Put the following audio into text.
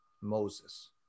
moses